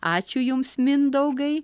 ačiū jums mindaugai